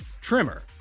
trimmer